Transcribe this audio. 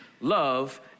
love